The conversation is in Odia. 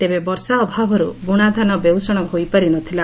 ତେବେ ବର୍ଷା ଅଭାବରୁ ବୁଣାଧାନ ବେଉଷଣ ହୋଇପାରି ନ ଥିଲା